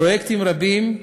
פרויקטים רבים,